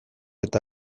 eta